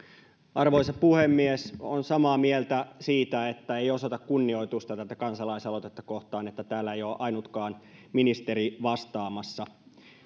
arvoisa puhemies olen samaa mieltä siitä että ei osoiteta kunnioitusta tätä kansalaisaloitetta kohtaan kun täällä ei ole ainuttakaan ministeriä vastaamassa